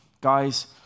guys